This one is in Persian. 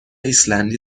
ایسلندی